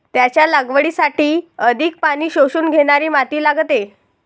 त्याच्या लागवडीसाठी अधिक पाणी शोषून घेणारी माती लागते